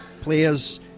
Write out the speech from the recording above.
Players